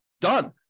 Done